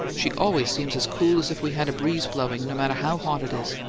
she always seems as cool as if we had a breeze blowing, no matter how hot it is.